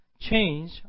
change